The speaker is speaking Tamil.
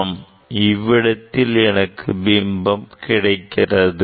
ஆம் இவ்விடத்தில் எனக்கு பிம்பம் கிடைக்கிறது